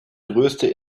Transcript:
größte